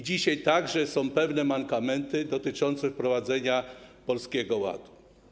Dzisiaj także są pewne mankamenty dotyczące wprowadzenia Polskiego Ładu.